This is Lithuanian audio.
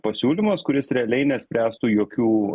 pasiūlymas kuris realiai nespręstų jokių